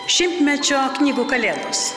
šimtmečio knygų kalėdos